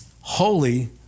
holy